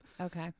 Okay